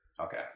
Okay